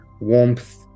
warmth